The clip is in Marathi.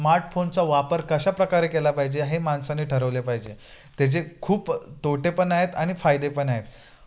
स्मार्टफोनचा वापर कशाप्रकारे केला पाहिजे हे माण साने ठरवले पाहिजे त्याचे खूप तोटे पण आहेत आणि फायदे पण आहेत